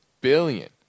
billion